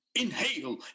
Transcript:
inhale